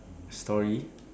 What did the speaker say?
story